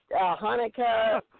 Hanukkah